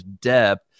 depth